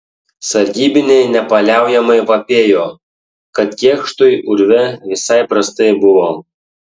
sargybiniai nepaliaujamai vapėjo kad kėkštui urve visai prastai buvo